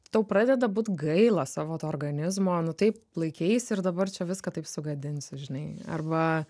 tau pradeda būt gaila savo to organizmo nu taip laikeis ir dabar čia viską taip sugadinsi žinai arba